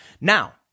Now